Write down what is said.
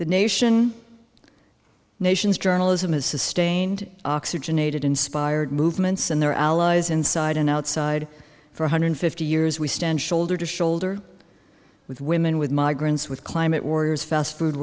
the nation nations journalism has sustained oxygenated inspired movements and their allies inside and outside for one hundred fifty years we stand shoulder to shoulder with women with migrants with climate warriors fast food